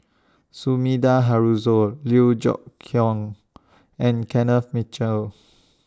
Sumida Haruzo Liew Geok Leong and Kenneth Mitchell